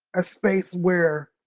a space where